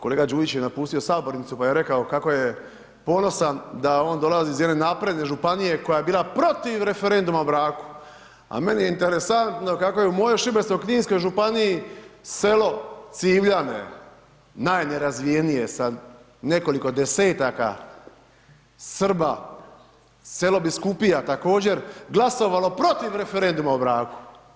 Kolega Đujić je napustio Sabornicu, pa je rekao kako je ponosan da on dolazi iz jedne napredne županije koja je bila protiv referenduma o braku, a meni je interesantno kako je u mojoj Šibensko-kninskoj županiji, selo Civljane, najnerazvijenije sad sa nekoliko desetaka Srba, selo Biskupija također, glasovalo protiv referenduma o braku.